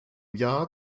jahr